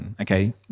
okay